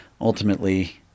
ultimately